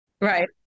Right